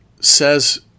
says